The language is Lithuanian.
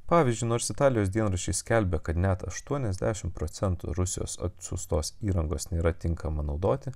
pavyzdžiui nors italijos dienraščiai skelbia kad net aštuoniasdešim procentų rusijos atsiųstos įrangos nėra tinkama naudoti